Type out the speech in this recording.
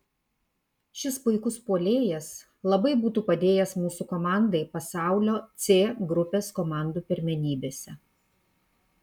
šis puikus puolėjas labai būtų padėjęs mūsų komandai pasaulio c grupės komandų pirmenybėse